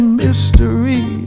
mystery